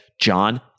John